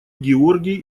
георгий